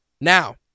Now